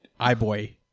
iBoy